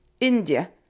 India